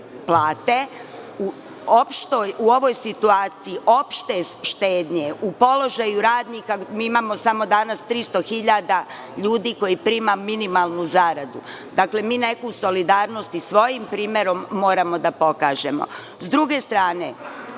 U ovoj situaciji opšte štednje, u položaju radnika imamo samo danas 300.000 ljudi koji prima minimalnu zaradu. Dakle, mi neku solidarnost i svojim primerom moramo da pokažemo.S